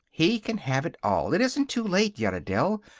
he can have it all. it isn't too late yet. adele!